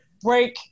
break